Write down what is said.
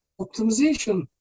optimization